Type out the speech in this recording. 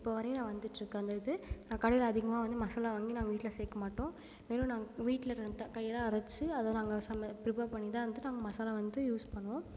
இப்போ வரையும் நான் வந்துவிட்டு இருக்கு அந்த இது நான் கடையில் அதிகமாக வந்து மசாலா வாங்கி நாங்கள் வீட்டில சேர்க்க மாட்டோம் வெறு நான் வீட்டில வறுத்த கையால் அரைச்சி அதை நாங்கள் சம ப்ரிப்பேர் பண்ணி தான் வந்து நாங்கள் மசாலா வந்து யூஸ் பண்ணுவோம்